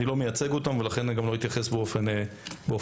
אני לא מייצג אותם ולכן לא אתייחס באופן פרטני.